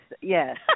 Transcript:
Yes